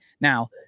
now